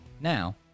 Now